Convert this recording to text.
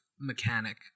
mechanic